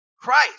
Christ